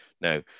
now